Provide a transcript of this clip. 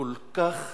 כל כך